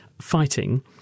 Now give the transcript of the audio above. fighting